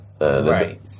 right